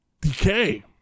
decay